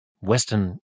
Western